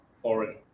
foreign